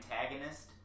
antagonist